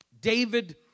David